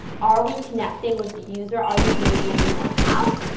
are we connecting with the user? are these the visuals we want to have?